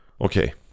Okay